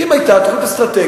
כי אם היתה תוכנית אסטרטגית,